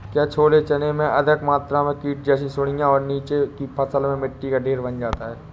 क्या छोले चने में अधिक मात्रा में कीट जैसी सुड़ियां और नीचे की फसल में मिट्टी का ढेर बन जाता है?